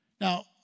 Now